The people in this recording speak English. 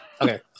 Okay